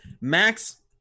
Max